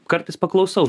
kartais paklausau